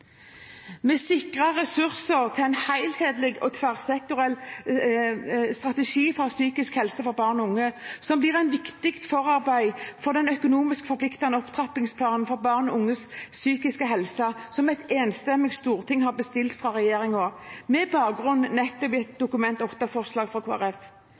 Vi sikret ressurser til en helhetlig og tverrsektoriell strategi for psykisk helse for barn og unge, som blir et viktig forarbeid for den økonomisk forpliktende opptrappingsplanen for barn og unges psykiske helse som et enstemmig storting har bestilt fra regjeringen, med bakgrunn nettopp i et Dokument 8-forslag fra